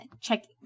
check